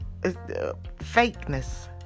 fakeness